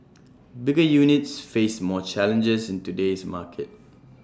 bigger units face more challenges in today's market